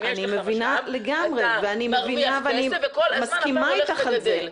אני מבינה ואני מסכימה אתך על זה.